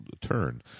turn